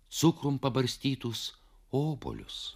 cukrum pabarstytus obuolius